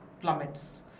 plummets